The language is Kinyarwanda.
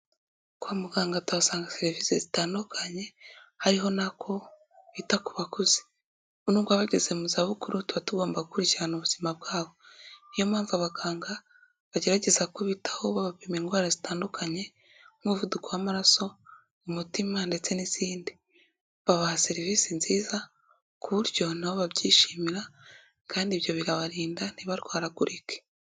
Kwa muganga tuhasanga serivisi zitandukanye hariho nako bita ku bakuze. Nubwo baba bageze mu za bukuru tuba tugomba gukurikirana ubuzima bwabo, niyo mpamvu abaganga bagerageza kubitaho bapima indwara zitandukanye nk'umuvuduko w'amaraso, umutima ndetse n'izindi babaha serivisi nziza ku buryo nabo babyishimira kandi ibyo bikabarinda ntibarwaragurike.